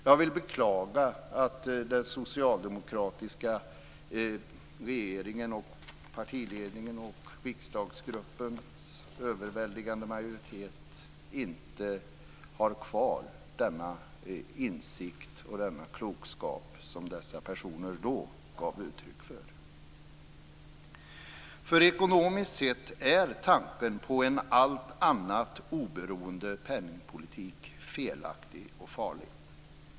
Jag vill beklaga att den socialdemokratiska regeringen, partiledningen och riksdagsgruppens överväldigande majoritet inte har kvar den insikt och den klokskap som dessa personer då gav uttryck för. Ekonomiskt sett är tanken på en allt annat oberoende penningpolitik felaktig och farlig.